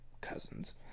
cousins